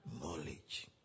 Knowledge